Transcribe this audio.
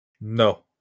No